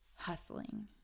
Hustling